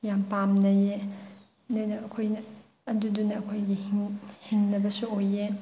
ꯌꯥꯝ ꯄꯥꯝꯅꯩꯌꯦ ꯑꯗꯨꯅ ꯑꯩꯈꯣꯏꯅ ꯑꯗꯨꯗꯨꯅ ꯑꯩꯈꯣꯏꯒꯤ ꯍꯤꯡꯅꯕꯁꯨ ꯑꯣꯏꯌꯦ